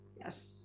Yes